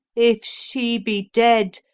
if she be dead,